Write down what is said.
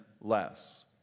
less